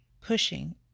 pushing